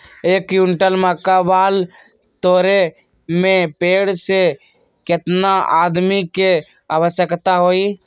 एक क्विंटल मक्का बाल तोरे में पेड़ से केतना आदमी के आवश्कता होई?